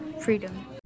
freedom